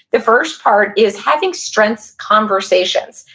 the first part is having strengths conversations.